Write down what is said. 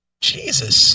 Jesus